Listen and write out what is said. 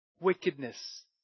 Wickedness